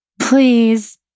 Please